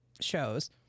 shows—